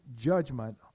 judgment